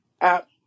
app